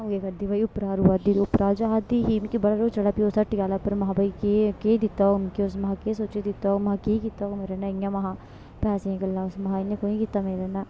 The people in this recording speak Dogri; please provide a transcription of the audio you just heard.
आ'ऊं केह् करदी भाई उप्परा रोआ दी ही उप्परा जा दी ही मिकी बड़ा रोह् चढ़ा दा हा फ्ही उस हट्टी आह्ले उप्पर महां भाई केह् केह् दित्ता होग मिकी उस महा केह् सोचियै दित्ता होग महा केह् कीता होग मेरे कन्नै इ'यां महां पैसे गल्ला महा इ'यां केह् कीता मेरे कन्नै